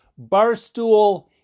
Barstool